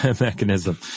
mechanism